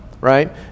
right